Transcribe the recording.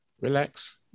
Relax